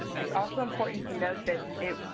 it's also important to note that it,